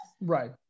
Right